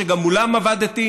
שגם מולם עבדתי.